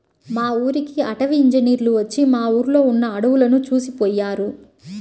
మా ఊరికి అటవీ ఇంజినీర్లు వచ్చి మా ఊర్లో ఉన్న అడువులను చూసిపొయ్యారు